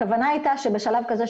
הכוונה הייתה שבשלב כזה,